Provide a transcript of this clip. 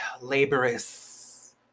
laborious